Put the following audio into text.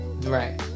right